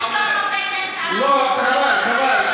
שאתה צריך, חברי כנסת ערבים, לא, חבל, חבל.